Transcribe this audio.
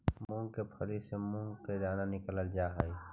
मूंग के फली से मुंह के दाना निकालल जा हई